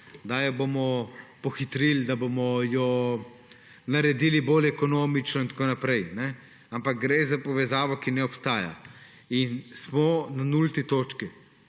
da jo bomo pohitrili, da jo bomo naredili bolj ekonomično in tako naprej, ampak gre za povezavo, ki ne obstaja in smo na nulti točki.